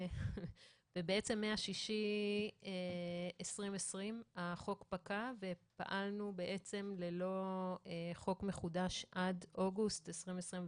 ומחודש יוני 2020 החוק פקע ופעלנו ללא חוק מחודש עד אוגוסט 2021,